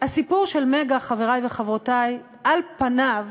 של "מגה", חברי וחברותי, על פניו